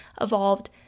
evolved